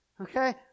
okay